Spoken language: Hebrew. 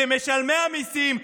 של משלמי המיסים,